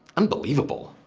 unbelievable!